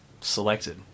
selected